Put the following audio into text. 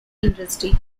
industry